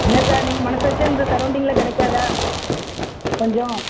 என்ன சார் நீங்கள் மனது வச்சால் இந்த சரௌண்டிங்ல கிடைக்காதா கொஞ்சம்